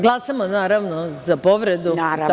Glasamo naravno za povredu?